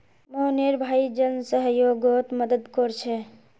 मोहनेर भाई जन सह्योगोत मदद कोरछे